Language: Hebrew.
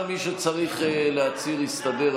גם מי שצריך להצהיר יסתדר.